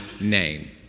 name